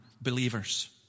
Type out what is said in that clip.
believers